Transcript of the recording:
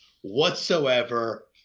whatsoever